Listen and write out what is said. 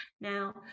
Now